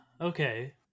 okay